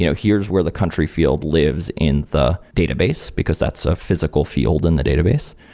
you know here's where the country field lives in the database, because that's a physical field in the database,